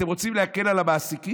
אתם רוצים להקל על המעסיקים?